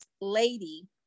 Lady